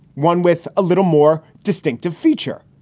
one with a little more distinctive feature,